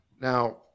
Now